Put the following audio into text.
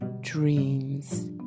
dreams